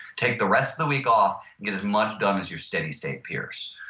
take the rest of the week off, get as much done as your steady state peers.